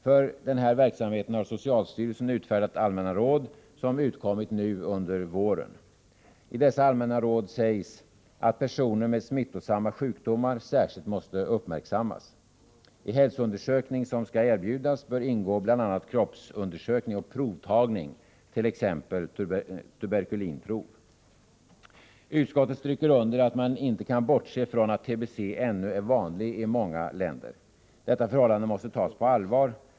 För den här verksamheten har socialstyrelsen utfärdat allmänna råd, som utkommit nu under våren. I dessa allmänna råd sägs att personer med smittosamma sjukdomar särskilt måste uppmärksammas. I hälsoundersökningen som skall erbjudas bör ingå bl.a. kroppsundersökning och provtagningar, t.ex. tuberkulinprov. Utskottet stryker under att man inte kan bortse ifrån att TBC ännu är vanlig i många länder. Detta förhållande måste tas på allvar.